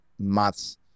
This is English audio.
Maths